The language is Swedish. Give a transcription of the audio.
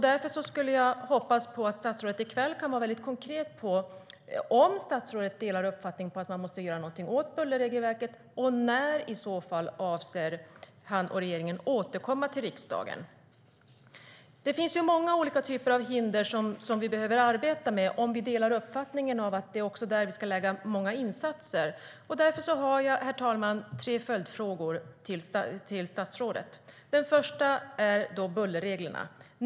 Därför hoppas jag att statsrådet i kväll kan vara konkret angående om han delar uppfattningen att man måste göra någonting åt bullerregelverket och i så fall när han och regeringen avser att återkomma till riksdagen. Den första frågan gäller bullerreglerna.